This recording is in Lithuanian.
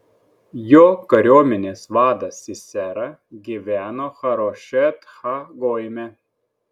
jo kariuomenės vadas sisera gyveno harošet ha goime